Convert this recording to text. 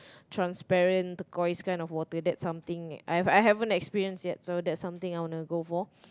transparent turquoise kind of water that's something I I haven't experienced yet so that's something I wanna go for